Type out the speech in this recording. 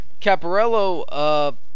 Caparello